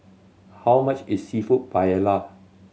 how much is Seafood Paella